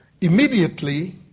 Immediately